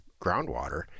groundwater